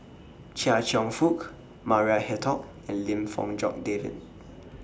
Chia Cheong Fook Maria Hertogh and Lim Fong Jock David